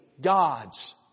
God's